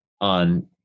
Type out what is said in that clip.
on